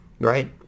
right